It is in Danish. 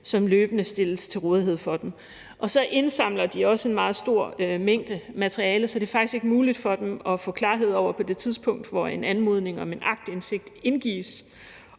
som løbende stilles til rådighed for dem. De indsamler også en meget stor mængde materiale, så det er faktisk ikke muligt for dem på det tidspunkt, hvor en anmodning om en aktindsigt indgives,